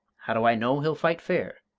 how do i know he'll fight fair?